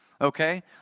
okay